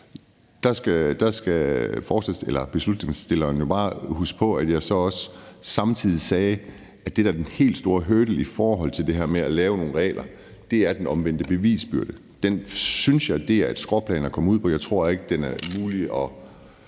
Der skal beslutningsforslagsstilleren jo bare huske på, at jeg så samtidig sagde, at det, der er den helt store hurdle i forhold til det her med at lave nogle regler, er den omvendte bevisbyrde. Den synes jeg er et skråplan at komme ud på; jeg tror ikke, den er mulig at